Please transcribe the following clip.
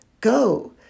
go